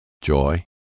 joy